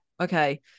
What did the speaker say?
Okay